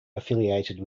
affiliated